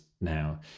now